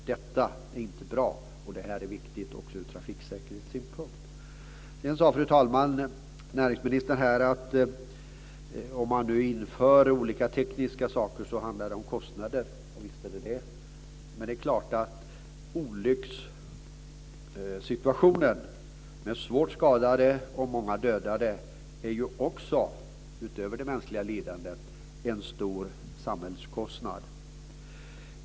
Detta är inte bra, och det här är viktigt ur trafiksäkerhetssynpunkt. Näringsministern sade att om man inför olika tekniska saker handlar det om kostnader. Visst gör det det. Men det är klart att olyckssituationen med svårt skadade och många dödade är också, utöver det mänskliga lidandet, en stor samhällskostnad.